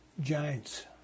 Giants